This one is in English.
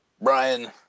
Brian